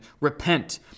Repent